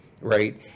right